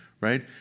right